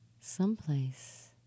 someplace